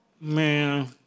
man